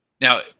Now